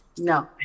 No